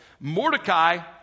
Mordecai